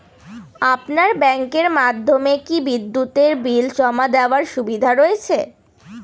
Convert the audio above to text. আপনার ব্যাংকের মাধ্যমে কি বিদ্যুতের বিল জমা দেওয়ার সুবিধা রয়েছে?